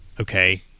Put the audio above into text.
okay